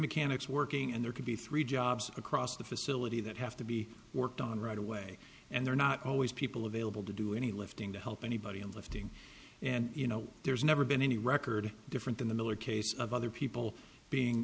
mechanics working and there could be three jobs across the facility that have to be worked on right away and they're not always people available to do any lifting to help anybody in lifting and you know there's never been any record different than the miller case of other people being